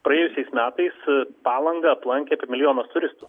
praėjusiais metais palangą aplankė apie milijonas turistų